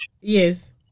Yes